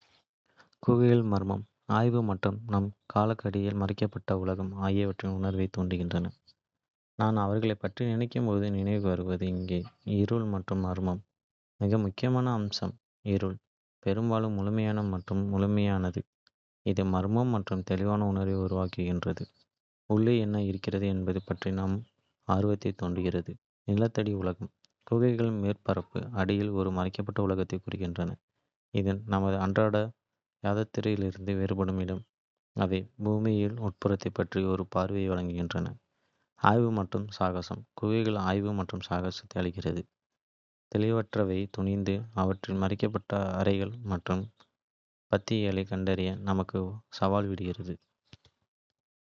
குகைகள் மர்மம், ஆய்வு மற்றும் நம் காலடியில் மறைக்கப்பட்ட உலகம் ஆகியவற்றின் உணர்வைத் தூண்டுகின்றன. நான் அவர்களைப் பற்றி நினைக்கும்போது நினைவுக்கு வருவது இங்கே. இருள் மற்றும் மர்மம். மிக முக்கியமான அம்சம் இருள், பெரும்பாலும் முழுமையான மற்றும் முழுமையானது. இது மர்மம் மற்றும் தெரியாத உணர்வை உருவாக்குகிறது, உள்ளே என்ன இருக்கிறது என்பது பற்றிய நமது ஆர்வத்தைத் தூண்டுகிறது. நிலத்தடி உலகம் குகைகள் மேற்பரப்புக்கு அடியில் ஒரு மறைக்கப்பட்ட உலகத்தைக் குறிக்கின்றன, இது நமது அன்றாட யதார்த்தத்திலிருந்து வேறுபட்ட இடம். அவை பூமியின். உட்புறத்தைப் பற்றிய ஒரு பார்வையை வழங்குகின்றன. ஆய்வு மற்றும் சாகசம் குகைகள் ஆய்வு மற்றும் சாகசத்தை அழைக்கின்றன, தெரியாதவற்றில் துணிந்து அவற்றின் மறைக்கப்பட்ட அறைகள் மற்றும். பத்திகளைக் கண்டறிய நமக்கு சவால் விடுகின்றன. புவியியல் அமைப்புகள் குகைகளில் பெரும்பாலும் ஸ்டாலாக்டைட்டுகள், ஸ்டாலக்மைட்டுகள், ஃப்ளோஸ்டோன்கள் மற்றும் பிற ஸ்பெலியோதெம்கள் போன்ற. அதிர்ச்சியூட்டும் புவியியல் அமைப்புகள் உள்ளன.